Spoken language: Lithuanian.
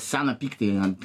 seną pyktį ant